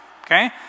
Okay